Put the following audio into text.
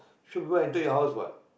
show people enter your house what